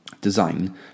design